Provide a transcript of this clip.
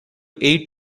eight